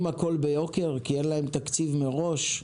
הכול ביוקר כי אין להם תקציב מראש?